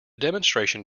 demonstration